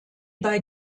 bei